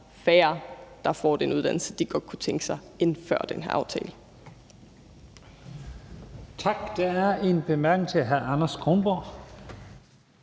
færre, der får den uddannelse, de godt kunne tænke sig, end før den her aftale.